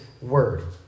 word